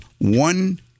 one